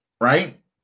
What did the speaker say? Right